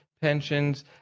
pensions